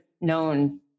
known